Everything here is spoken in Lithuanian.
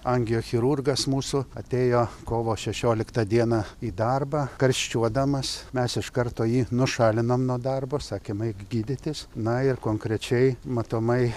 angiochirurgas mūsų atėjo kovo šešioliktą dieną į darbą karščiuodamas mes iš karto jį nušalinom nuo darbo sakėm eik gydytis na ir konkrečiai matomai